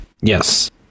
Yes